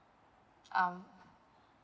um